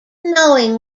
knowing